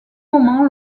moment